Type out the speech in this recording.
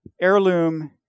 Heirloom